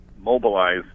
mobilize